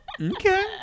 Okay